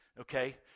okay